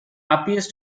appears